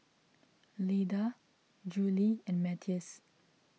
Leda Julie and Matthias